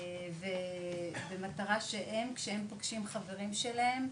במטרה שכשהם פוגשים חברים שלהם,